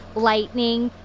lightning